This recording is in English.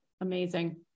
Amazing